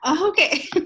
Okay